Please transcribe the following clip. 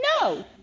No